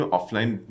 Offline